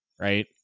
right